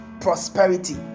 prosperity